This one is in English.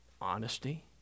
honesty